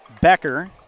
Becker